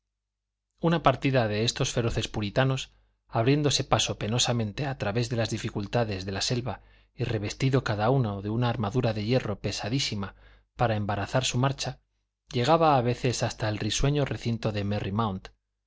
una partida de estos feroces puritanos abriéndose paso penosamente a través de las dificultades de la selva y revestido cada uno de una armadura de hierro pesadísima para embarazar su marcha llegaba a veces hasta el risueño recinto de merry mount